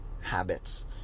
habits